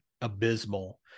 abysmal